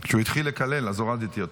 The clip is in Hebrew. כשהוא התחיל לקלל, אז הורדתי אותו.